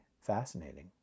fascinating